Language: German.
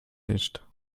nicht